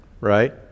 right